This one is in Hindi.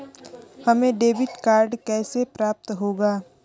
हमें डेबिट कार्ड कैसे प्राप्त होगा?